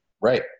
Right